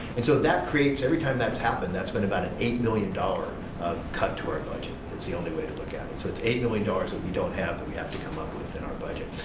and so that creates, every time that's happened that's been about an eight million dollars cut to our budget, that's the only way to look at it, so it's eight million dollars that we don't have that we have to come up with in our budget.